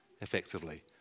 effectively